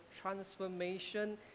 transformation